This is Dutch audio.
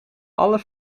alle